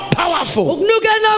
powerful